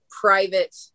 private